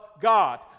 God